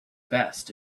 best